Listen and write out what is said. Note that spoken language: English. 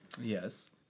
Yes